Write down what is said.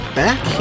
back